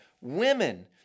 Women